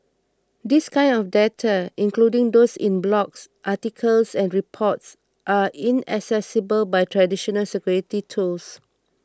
this kind of data including those in blogs articles and reports are inaccessible by traditional security tools